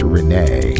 Renee